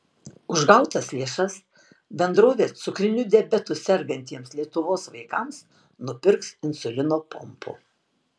už gautas lėšas bendrovė cukriniu diabetu sergantiems lietuvos vaikams nupirks insulino pompų